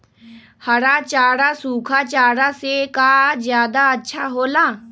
हरा चारा सूखा चारा से का ज्यादा अच्छा हो ला?